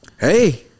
Hey